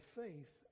faith